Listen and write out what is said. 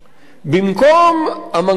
במקום המנגנון הזה,